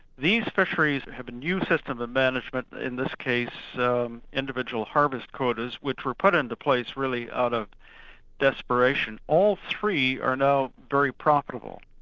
these fisheries have a new system of ah management, in this case individual harvest quotas, which were put into place really out of desperation. all three are now very profitable.